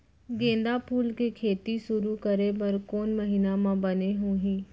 गेंदा फूल के खेती शुरू करे बर कौन महीना मा बने होही?